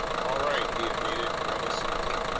all right, he evaded reticently.